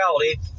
reality